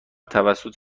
توسط